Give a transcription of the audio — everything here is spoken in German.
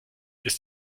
ist